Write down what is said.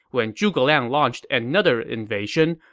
when zhuge liang launched another invasion,